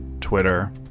Twitter